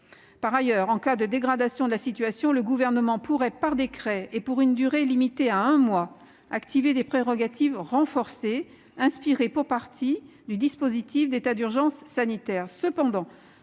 Par ailleurs, en cas de dégradation de la situation, le Gouvernement pourrait, par décret et pour une durée limitée à un mois, disposer de prérogatives renforcées, inspirées pour partie du dispositif de l'état d'urgence sanitaire.